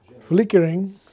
flickering